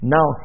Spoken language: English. Now